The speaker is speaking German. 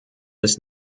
ist